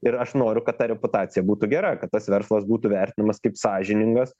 ir aš noriu kad ta reputacija būtų gera kad tas verslas būtų vertinamas kaip sąžiningas